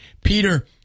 Peter